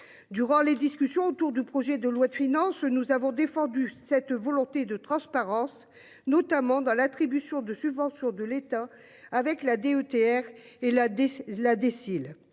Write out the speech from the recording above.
Durant les discussions autour du projet de loi de finances, nous avons défendu cette volonté de transparence, notamment dans l'attribution de subventions de l'État avec la DETR, et la.